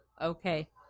Okay